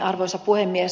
arvoisa puhemies